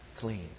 clean